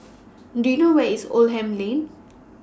Do YOU know Where IS Oldham Lane